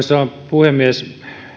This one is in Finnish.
puhemies